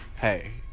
hey